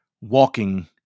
Walking